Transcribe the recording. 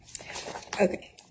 Okay